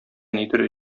нидер